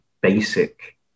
basic